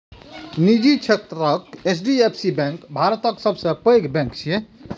निजी क्षेत्रक एच.डी.एफ.सी बैंक भारतक सबसं पैघ बैंक छियै